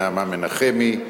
נעמה מנחמי,